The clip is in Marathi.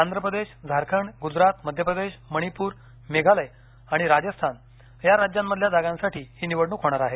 आंध्र प्रदेश झारखंड गुजरात मध्य प्रदेश मणिप्र मेघालय आणि राजस्थान या राज्यांमधील जागांसाठी ही निवडणूक होणार आहे